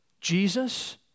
Jesus